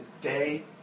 day